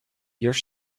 yours